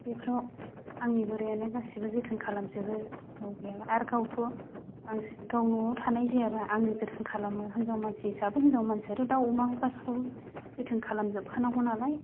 बेफोराव आंनि बोरायानो गासैबो जोथोन खालामजोबो गाव गैयाबा आरो गावथ' बांसिन गाव न'आव थानाय जायाबा आंनो जोथोन खालामो हिनजाव मानसि हिसाबै हिनजाव मानसियाथ' दाउ अमा गासैखौबो जोथोन खालामजोबखानांगौ नालाय